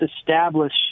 establish